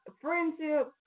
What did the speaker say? Friendship